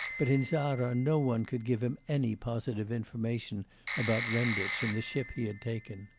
but in zara no one could give him any positive information about renditch and the ship he had taken.